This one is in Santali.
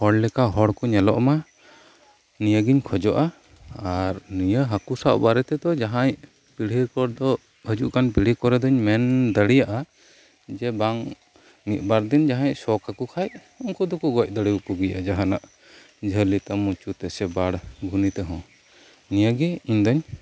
ᱦᱚᱲ ᱞᱮᱠᱟ ᱦᱚᱲ ᱠᱚ ᱧᱮᱞᱚᱜ ᱢᱟ ᱱᱤᱭᱟᱹ ᱜᱮᱧ ᱠᱷᱚᱡᱚᱜᱼᱟ ᱟᱨ ᱱᱤᱭᱟᱹ ᱦᱟᱠᱳ ᱥᱟᱵ ᱵᱟᱨᱮ ᱛᱮᱫᱚ ᱡᱟᱦᱟᱸᱭ ᱯᱤᱲᱦᱤᱨ ᱯᱚᱨ ᱫᱚ ᱦᱤᱡᱩᱜ ᱠᱟᱱ ᱯᱤᱲᱦᱤ ᱠᱚᱨᱮ ᱫᱩᱧ ᱢᱮᱱ ᱫᱟᱲᱮᱭᱟᱜᱼᱟ ᱡᱮ ᱵᱟᱝ ᱢᱤᱫ ᱵᱟᱨᱫᱤᱱ ᱥᱚᱠ ᱟᱠᱚ ᱠᱷᱟᱱ ᱩᱱᱠᱩ ᱫᱚᱠᱚ ᱜᱚᱡᱽ ᱫᱟᱲᱮᱭᱟᱠᱚ ᱜᱮᱭᱟ ᱡᱟᱦᱟᱱᱟᱜ ᱡᱷᱟᱹᱞᱤ ᱛᱟᱢ ᱢᱩᱪᱩ ᱛᱮᱥᱮ ᱵᱟᱲ ᱜᱷᱩᱱᱤ ᱛᱮᱦᱚᱸ ᱱᱤᱭᱟᱹᱜᱮ ᱤᱧᱫᱩᱧ